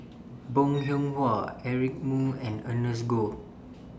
Bong Hiong Hwa Eric Moo and Ernest Goh